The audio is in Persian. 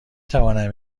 توانم